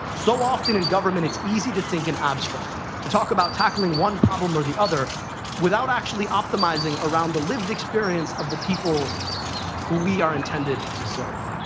so often, in government, it's easy to think in abstract, to talk about tackling one problem or the other without actually optimizing around the lived experience of the people who we are intended to serve.